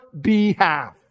behalf